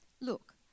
Look